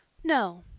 no,